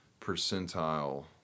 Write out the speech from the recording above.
percentile